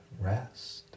rest